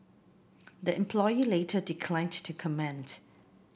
the employee later declined to comment